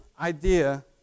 idea